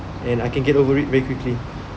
and I can get over it very quickly